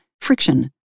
friction